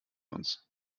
uns